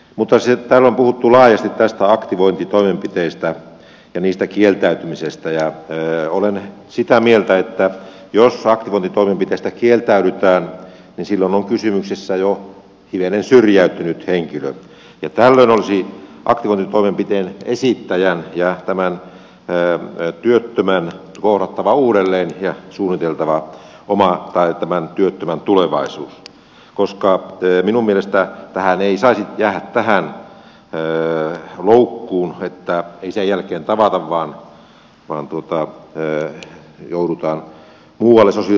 mutta täällä on puhuttu laajasti aktivointitoimenpiteistä ja niistä kieltäytymisestä ja olen sitä mieltä että jos aktivointitoimenpiteistä kieltäydytään niin silloin on kysymyksessä jo hivenen syrjäytynyt henkilö ja tällöin olisi aktivointitoimenpiteen esittäjän ja tämän työttömän kohdattava uudelleen ja suunniteltava tämän työttömän tulevaisuus koska minun mielestäni ei saisi jäädä tähän loukkuun että ei sen jälkeen tavata vaan joudutaan muualle sosiaaliturvan piiriin